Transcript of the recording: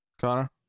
Connor